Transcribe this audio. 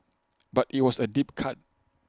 but IT was A deep cut